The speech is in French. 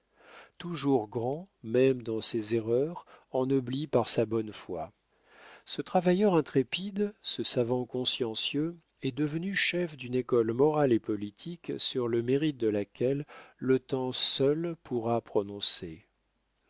toujours grand même dans ses erreurs ennoblies par sa bonne foi ce travailleur intrépide ce savant consciencieux est devenu chef d'une école morale et politique sur le mérite de laquelle le temps seul pourra prononcer